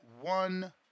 one